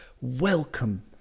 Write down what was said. Welcome